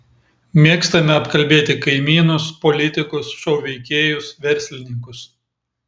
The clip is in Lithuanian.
mėgstame apkalbėti kaimynus politikus šou veikėjus verslininkus